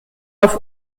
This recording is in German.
auf